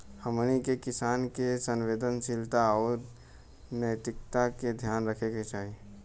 हमनी के किसान के संवेदनशीलता आउर नैतिकता के ध्यान रखे के चाही